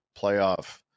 playoff